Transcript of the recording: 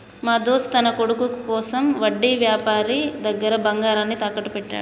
మా దోస్త్ తన కొడుకు కోసం వడ్డీ వ్యాపారి దగ్గర బంగారాన్ని తాకట్టు పెట్టాడు